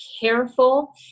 careful